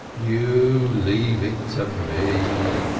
you leave it to me,